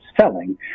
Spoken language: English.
selling